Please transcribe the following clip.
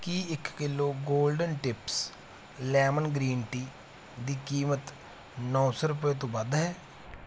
ਕੀ ਇੱਕ kilo golden tips lemon green tea ਦੀ ਕੀਮਤ ਨੌ ਸੌ ਰੁਪਏ ਤੋਂ ਵੱਧ ਹੈ